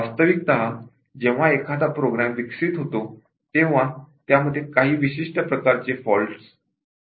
वास्तविकतः जेव्हा एखादा program develop केला जातो तेव्हा त्यामध्ये काही विशिष्ट प्रकारचे दोष आढळतात